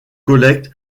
collecte